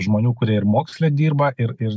žmonių kurie ir moksle dirba ir ir